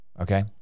okay